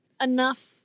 enough